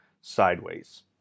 sideways